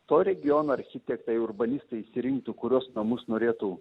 to regiono architektai urbanistai išsirinktų kurios namus norėtų